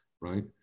right